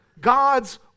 God's